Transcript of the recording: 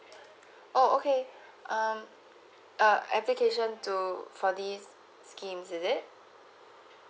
oh okay uh uh I think you shall go to for this scheme is it